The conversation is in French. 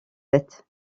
tête